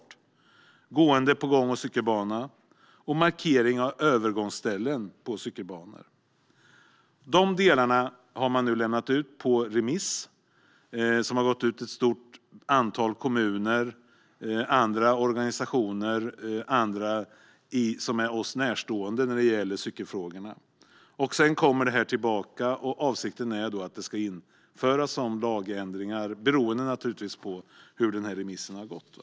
Det handlar om gående på gång och cykelbana och markering av övergångsställen på cykelbanor. Dessa delar har man nu lämnat ut på remiss till ett stort antal kommuner, organisationer och andra som är oss närstående när det gäller cykelfrågorna. Sedan kommer det tillbaka, och avsikten är då att det ska införas som lagändringar, naturligtvis beroende på hur remisserna gått.